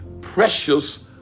precious